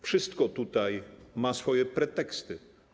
Wszystko tutaj ma swoje preteksty.